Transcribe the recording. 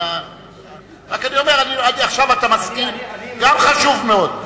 זה שאתה מסכים עכשיו זה גם חשוב מאוד,